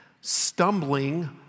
stumbling